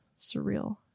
surreal